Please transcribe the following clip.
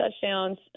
touchdowns